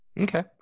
Okay